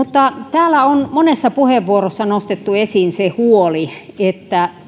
täällä on monessa puheenvuorossa nostettu esiin se huoli että